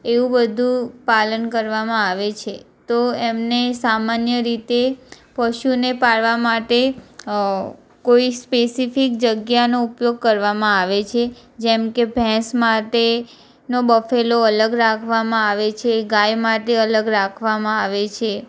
એવું બધુ પાલન કરવામાં આવે છે તો એમને સામાન્ય રીતે પશુને પાળવા માટે કોઈ સ્પેસિફિક જગ્યાનો ઉપયોગ કરવામાં આવે છે જેમકે ભેંસ માટે નો બફેલો અલગ રાખવામાં આવે છે ગાય માટે અલગ રાખવામાં આવે છે